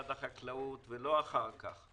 ולא אחר כך,